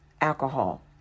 Alcohol